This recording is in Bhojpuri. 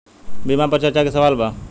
बीमा पर चर्चा के सवाल बा?